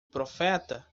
profeta